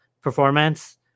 performance